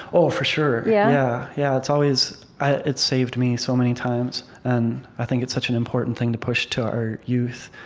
oh, for sure. yeah. yeah, it's always it's saved me so many times, and i think it's such an important thing to push to our youth,